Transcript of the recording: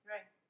Right